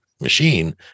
machine